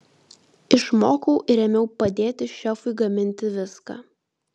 išmokau ir ėmiau padėti šefui gaminti viską